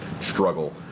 struggle